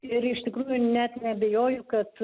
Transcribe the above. ir iš tikrųjų net neabejoju kad